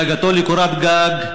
דאגתו לקורת גג,